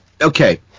Okay